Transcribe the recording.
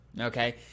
okay